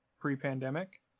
pre-pandemic